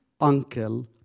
uncle